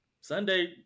Sunday